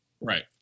Right